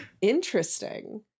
interesting